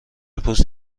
پوست